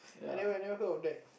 I never never heard of that